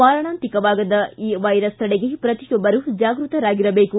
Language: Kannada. ಮಾರಣಾಂತಿಕವಾದ ಈ ವೈರಸ್ ತಡೆಗೆ ಪ್ರತಿಯೊಬ್ಬರೂ ಜಾಗೃತರಾಗಿರಬೇಕು